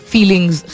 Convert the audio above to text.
feelings